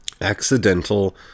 accidental